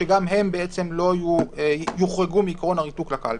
שגם הם לא יוחרגו מעיקרון הריתוק לקלפי.